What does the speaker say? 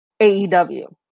AEW